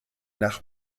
nach